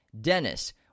Dennis